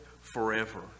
forever